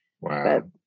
wow